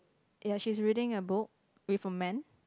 ya she's reading a book with a man